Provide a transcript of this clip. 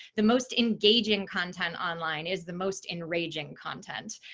the most engaging content online is the most enraging content.